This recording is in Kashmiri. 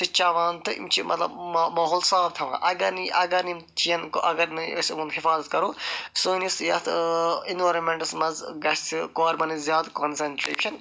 چٮ۪وان تہٕ یِم چھِ مَطلَب ماحول صاف تھاوان اگر نہٕ یہِ اگر نہٕ یِم چٮ۪ن اگر نَے أسۍ یِمن حِفاظت کرو سٲنِس یتھ اِنوارمٮ۪نٹَس مَنٛز گژھِ کاربَنچ زیادٕ کانسنٹرٛیشَن